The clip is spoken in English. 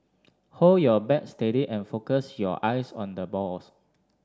hold your bat steady and focus your eyes on the balls